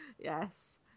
yes